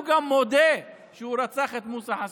הוא גם מודה שהוא רצח את מוסא חסונה.